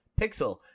Pixel